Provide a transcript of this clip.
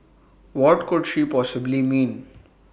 what could she possibly mean